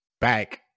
back